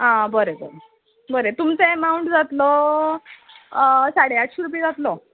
आं बरें बरें बरें तुमचो एमाउंट जातलो साडे आठशीं रुपया जातलो